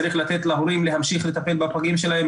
צריך לתת להורים להמשיך לטפל בפגים שלהם,